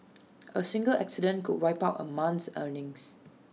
A single accident could wipe out A month's earnings